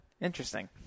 Interesting